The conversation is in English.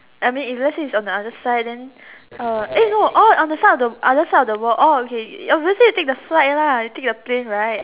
I mean if let's say it's on the other side then uh eh no oh on the side of the on the other side of the world oh okay obviously you take the flight lah you take the plane right